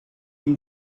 ihm